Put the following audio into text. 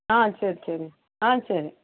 ஆ சரி சரி ஆ சரி